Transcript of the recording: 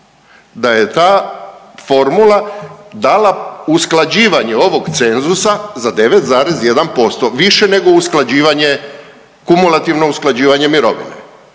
da je ta formula dala usklađivanje ovog cenzusa za 9,1% više nego usklađivanje, kumulativno usklađivanje mirovine